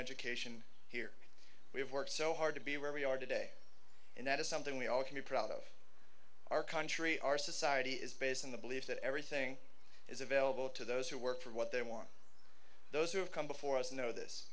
education here we have worked so hard to be where we are today and that is something we all can be proud of our country our society is based on the belief that everything is available to those who work for what they want those who have come before us